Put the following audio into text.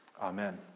Amen